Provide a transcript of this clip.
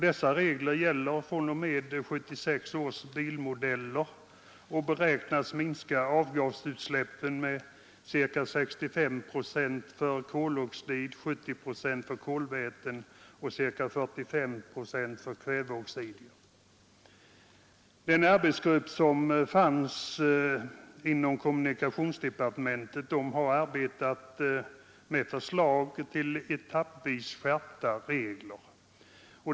Dessa regler gäller fr.o.m. 1976 års bilmodeller och beräknas minska avgasutsläppen med ca 65 procent för koloxid, ca 70 procent för kolväten och ca 45 procent för kväveoxider. Den arbetsgrupp som funnits inom kommunikationsdepartementet har arbetat med förslag till etappvis skärpta regler.